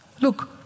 Look